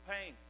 pain